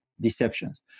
deceptions